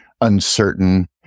uncertain